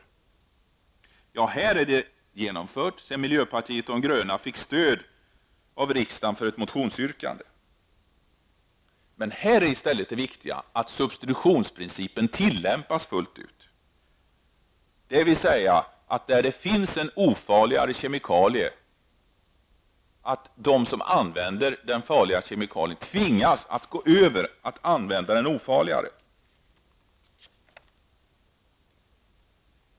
Detta är redan genomfört, eftersom miljöpartiet de gröna fick stöd av riksdagen för ett motionsyrkande. Här är i stället det viktiga att substitutionsprincipen tillämpas fullt ut, dvs. finns det en ofarligare kemikalie skall de som använder den farliga kemikalien tvingas att gå över till att använda den ofarligare.